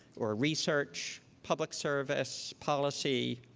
or research, public service, policy,